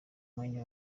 mwanya